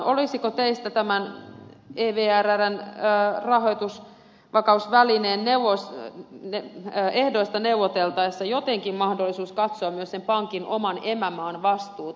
olisiko teistä tämän ervvn rahoitusvakausvälineen ehdoista neuvoteltaessa jotenkin mahdollisuus katsoa myös sen pankin oman emämaan vastuuta